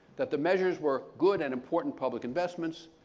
that the measures were good and important public investments,